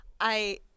I-